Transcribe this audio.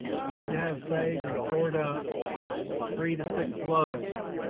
you need to have saved and stored up three to six loads